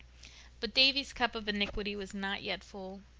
but davy's cup of iniquity was not yet full.